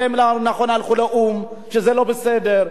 נכון שהלכו לאו"ם, שזה לא בסדר.